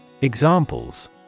Examples